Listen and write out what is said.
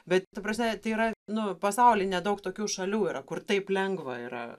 bet ta prasme tai yra nu pasauly nedaug tokių šalių yra kur taip lengva yra